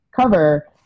cover